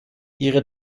ihre